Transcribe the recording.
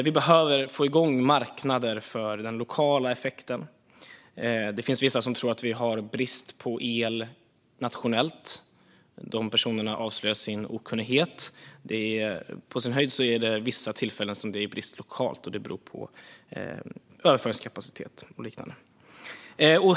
Vi behöver få igång marknader för den lokala effekten. Det finns vissa som tror att vi har brist på el nationellt. Dessa personer avslöjar sin okunnighet. På sin höjd är det vid vissa tillfällen brist lokalt, och det beror på överföringskapacitet och liknande.